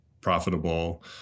profitable